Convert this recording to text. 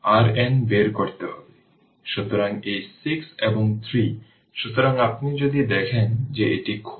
সুতরাং এই 6 এবং 3 সুতরাং আপনি যদি দেখেন যে এটি খোলা